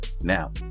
Now